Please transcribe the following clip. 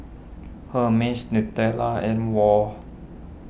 Hermes Nutella and Wall